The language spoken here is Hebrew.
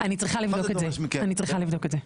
אני צריכה לבדוק את זה.